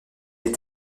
est